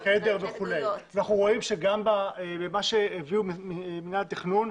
אנחנו רואים שגם מה שהביא מינהל התכנון,